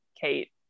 Kate